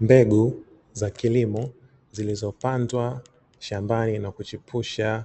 Mbegu za kilimo zilizopandwa shambani na kuchipusha